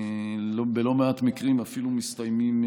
שבלא מעט מקרים אפילו מסתיימים,